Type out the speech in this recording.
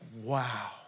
wow